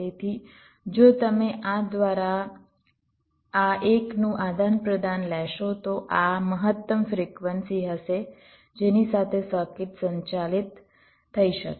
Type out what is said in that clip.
તેથી જો તમે આ દ્વારા આ 1 નું આદાનપ્રદાન લેશો તો આ મહત્તમ ફ્રિક્વન્સી હશે જેની સાથે સર્કિટ સંચાલિત થઈ શકે